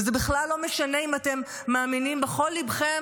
וזה בכלל לא משנה אם אתם מאמינים בכל ליבכם